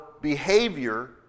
behavior